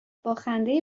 باخنده